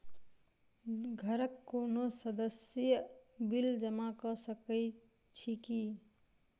घरक कोनो सदस्यक बिल जमा कऽ सकैत छी की?